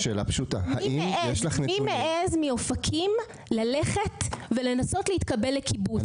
מי מעז מאופקים ללכת ולנסות להתקבל לקיבוץ?